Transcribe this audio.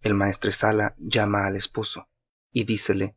el maestresala llama al esposo y dícele